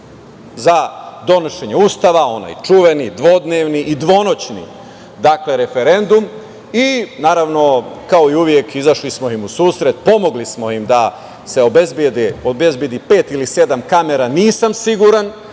za donošenje Ustava, onaj čuveni dvodnevni i dvonoćni referendum. Naravno, kao i uvek izašli smo im u susrete, pomogli smo im da se obezbedi pet ili sedam kamera, nisam siguran,